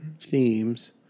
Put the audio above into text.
themes